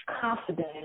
confident